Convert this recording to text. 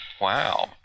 Wow